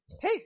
Hey